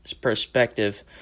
perspective